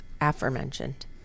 aforementioned